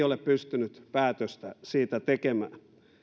ole pystynyt päätöstä siitä tekemään